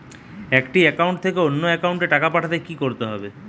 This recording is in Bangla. একটি একাউন্ট থেকে অন্য একাউন্টে টাকা পাঠাতে কি করতে হবে?